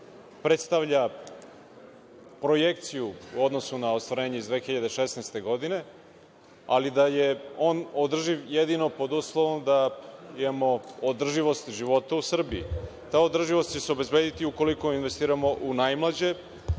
predstavlja projekciju u odnosu na ostvarenje iz 2016. godine, ali da je on održiv jedino pod uslovom da imamo održivost života u Srbiji. Ta održivost će se obezbediti ukoliko investiramo u najmlađe.